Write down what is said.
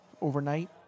overnight